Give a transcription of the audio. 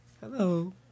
Hello